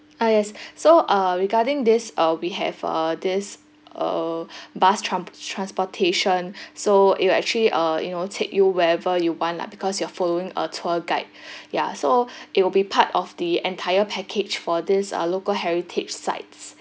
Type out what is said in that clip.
ah yes so uh regarding this uh we have uh this uh bus tramps~ transportation so it will actually uh you know take you wherever you want lah because you are following a tour guide ya so it will be part of the entire package for this uh local heritage sites